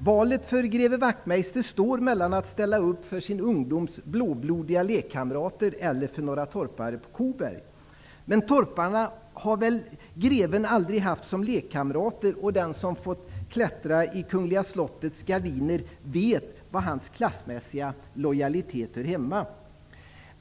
Valet för greve Wachtmeister står mellan att ställa upp för sin ungdoms blåblodiga lekkamrater eller för några torpare på Koberg. Men torparna har väl greven aldrig haft som lekkamrater. Den som har fått klättra i kungliga slottets gardiner vet var hans klassmässiga lojaliteter hör hemma.